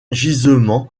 gisements